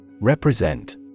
Represent